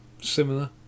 similar